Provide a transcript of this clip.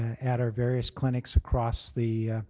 at our various clinics across the